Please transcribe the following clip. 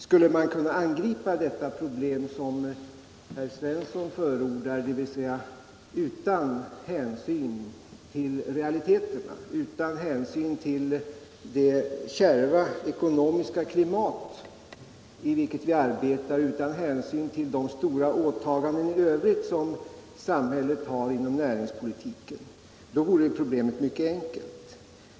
Skulle man kunna angripa detta problem på det sätt som herr Svensson förordar, dvs. utan hänsyn till realiteterna, utan hänsyn till det kärva ekonomiska klimat som råder och utan hänsyn till de stora åtaganden i övrigt som samhället har inom näringspolitiken, vore problemet mycket enkelt.